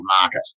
market